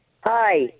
Hi